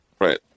Right